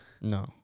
No